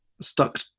stuck